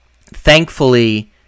thankfully